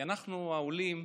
כי אנחנו, העולים,